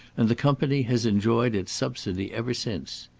and the company has enjoyed its subsidy ever since.